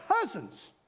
cousins